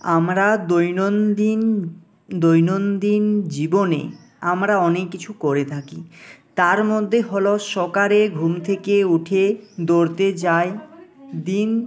আমরা দৈনন্দিন দৈনন্দিন জীবনে আমরা অনেক কিছু করে থাকি তার মধ্যে হল সকালে ঘুম থেকে উঠে দৌড়তে যাই দিন